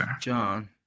John